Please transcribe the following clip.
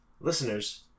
Listeners